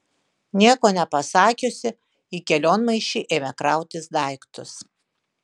nieko nepasakiusi į kelionmaišį ėmė krautis daiktus